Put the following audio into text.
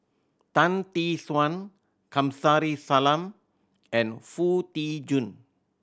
Tan Tee Suan Kamsari Salam and Foo Tee Jun